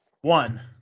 one